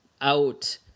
out